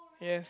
yes